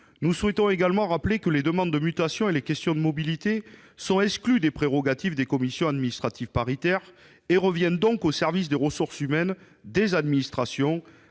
Nous souhaitons également rappeler que les demandes de mutation et les questions de mobilité sont exclues des prérogatives des commissions administratives paritaires et reviennent donc aux services des ressources humaines des administrations,